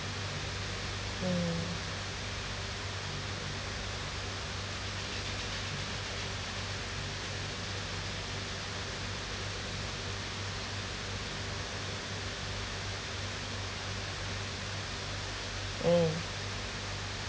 mm mm